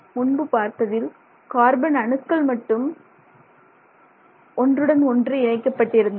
முன்பு பார்த்ததில் கார்பன் அணுக்கள் மட்டும் ஒன்றுடன் ஒன்று இணைக்கப்பட்டிருந்தன